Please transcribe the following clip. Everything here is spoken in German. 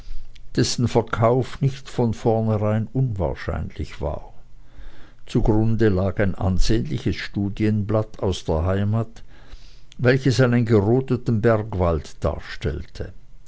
dessen verkauf nicht von vornherein unwahrscheinlich war zugrunde lag ein ansehnliches studienblatt aus der heimat welches einen gerodeten bergwald darstellte